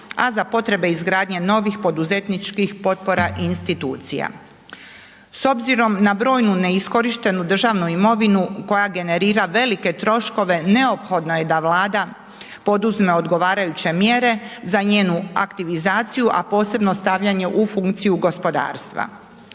a za potrebe izgradnje novih poduzetničkih potpora i institucija. S obzirom na brojnu neiskorištenu državnu imovinu koja generira velike troškove neophodno je da vlada poduzme odgovarajuće mjere za njenu aktivizaciju, a posebno stavljanje u funkciju gospodarstva.